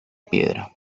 piedra